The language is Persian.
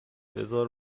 بزار